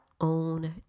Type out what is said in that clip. own